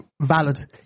valid